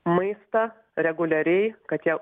maistą reguliariai kad jie